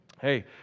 Hey